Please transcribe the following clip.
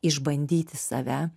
išbandyti save